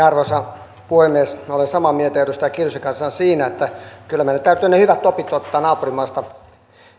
arvoisa puhemies minä olen samaa mieltä edustaja kiljusen kanssa siinä että kyllä meidän täytyy ne hyvät opit ottaa naapurimaista